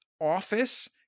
office